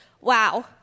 wow